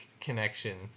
connection